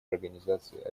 организации